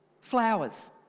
Flowers